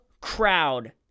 crowd